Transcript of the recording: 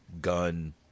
gun